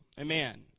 Amen